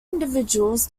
individuals